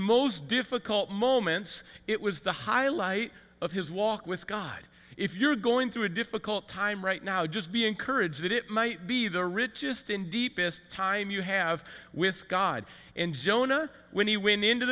most difficult moments it was the highlight of his walk with god if you're going through a difficult time right now just be encouraged that it might be the richest in deepest time you have with god in jonah when he when into